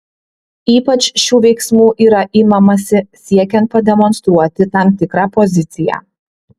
ypač šių veiksmų yra imamasi siekiant pademonstruoti tam tikrą poziciją